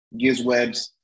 Gizwebs